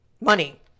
money